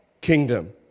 kingdom